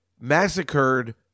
massacred